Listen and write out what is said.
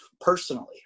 personally